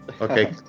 Okay